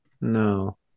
No